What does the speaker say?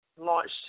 launched